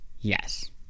Yes